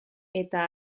eta